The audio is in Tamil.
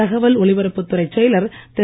தகவல் ஒலிபரப்பு துறை செயலர் திரு